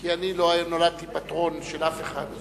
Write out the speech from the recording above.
כי אני לא נולדתי פטרון של אף אחד.